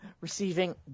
receiving